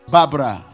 Barbara